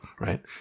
right